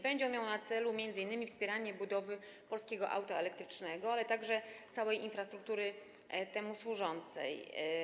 Będzie on miał na celu m.in. wspieranie budowy polskiego auta elektrycznego, ale także całej infrastruktury temu służącej.